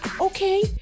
okay